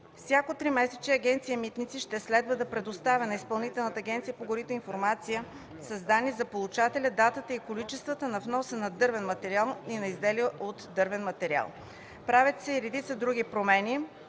Всяко тримесечие Агенция „Митници” ще следва да предоставя на Изпълнителната агенция по горите информация с данни за получателя, датата и количеството на вноса на дървен материал и на изделия от дървен материал. Правят се и редица други промени,